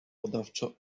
badawczo